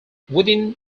within